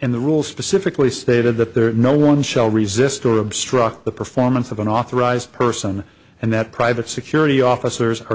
and the rules specifically stated that there is no one shall resist or obstruct the performance of an authorized person and that private security officers are